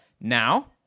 Now